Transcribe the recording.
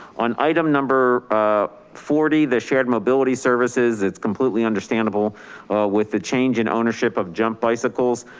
on item number ah forty, the shared mobility services, it's completely understandable with the change in ownership of jump bicycles,